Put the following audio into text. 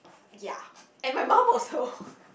ya and my mum also